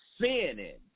sinning